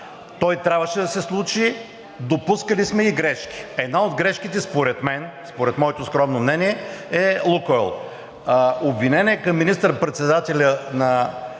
Той трябваше да се случи. Допускали сме и грешки. Една от грешките според мен, според моето скромно мнение, е „Лукойл“. Обвинения към министър-председателя на